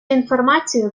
інформацію